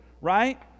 right